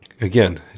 Again